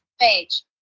page